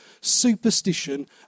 superstition